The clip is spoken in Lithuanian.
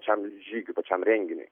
pačiam žygiui pačiam renginiui